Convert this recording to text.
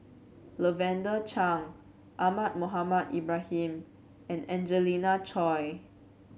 Lavender Chang Ahmad Mohamed Ibrahim and Angelina Choy